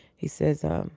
he says, um